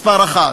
מספר אחת.